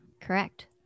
correct